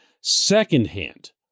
secondhand